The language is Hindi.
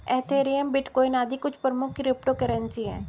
एथेरियम, बिटकॉइन आदि कुछ प्रमुख क्रिप्टो करेंसी है